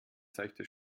seichte